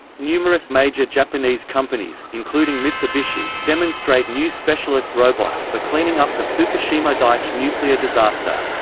numerous major japanese companies, including mitsubishi, demonstrate new specialist robots for cleaning up the fukushima daiichi nuclear disaster.